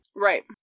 Right